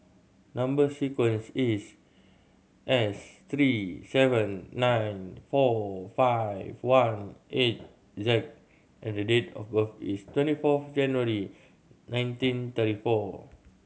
number sequence is S three seven nine four five one eight Z and date of birth is twenty four January nineteen thirty four